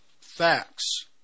facts